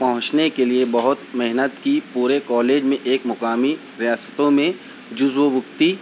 پہونچنے کے لیے بہت محنت کی پورے کالج میں ایک مقامی ریاستوں میں جزو وقتی